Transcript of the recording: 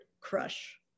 crush